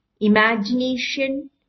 imagination